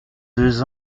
deux